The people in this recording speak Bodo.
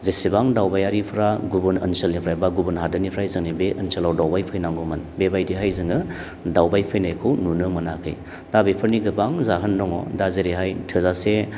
जेसेबां दावबायारिफ्रा गुबुन ओनसोलनिफ्रायबा गुबुन हादोरनिफ्राय जोंनि बे ओनसोलाव दावबाय फैनांगौमोन बेबायदिहाय जोङो दावबाय फैनायखौ नुनो मोनाखै दा बेफोरनि गोबां जाहोन दङ दा जेरैहाय थोजासे